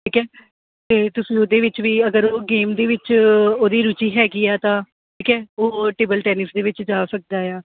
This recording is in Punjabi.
ਠੀਕ ਹੈ ਅਤੇ ਤੁਸੀਂ ਉਹਦੇ ਵਿੱਚ ਵੀ ਅਗਰ ਉਹ ਗੇਮ ਦੇ ਵਿੱਚ ਉਹਦੀ ਰੁਚੀ ਹੈਗੀ ਆ ਤਾਂ ਠੀਕ ਹੈ ਉਹ ਟੇਬਲ ਟੈਨਿਸ ਦੇ ਵਿੱਚ ਜਾ ਸਕਦਾ ਆ